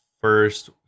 first